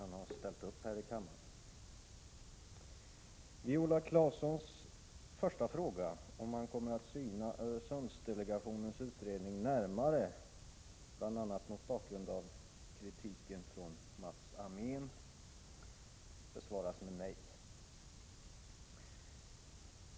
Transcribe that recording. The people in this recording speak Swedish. Herr talman! Jag tackar kommunikationsministern för att han har ställt upp här i kammaren. Viola Claessons första fråga, om kommunikationsministern kommer att syna Öresundsdelegationens utredning närmare bl.a. mot bakgrund av kritiken från Mats Améen, besvaras med nej.